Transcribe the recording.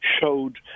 showed